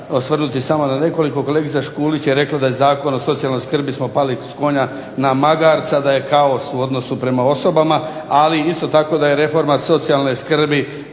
osvrnuti samo na nekoliko. Kolegica Škulić je rekla da je Zakon o socijalnoj skrbi smo pali s konja na magarca, da je kaos u odnosu prema osobama, ali isto tako da je reforma socijalne skrbi